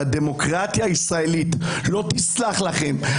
והדמוקרטיה הישראלית לא תסלח לכם.